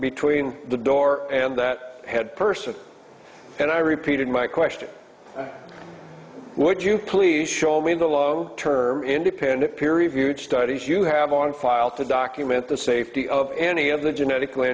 between the door and that head person and i repeated my question would you please show me the long term independent peer reviewed studies you have on file to document the safety of any of the genetically